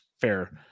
fair